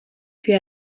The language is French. puis